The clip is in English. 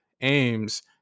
aims